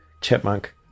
chipmunk